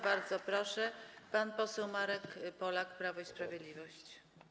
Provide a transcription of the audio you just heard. Bardzo proszę, pan poseł Marek Polak, Prawo i Sprawiedliwość.